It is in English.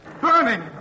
burning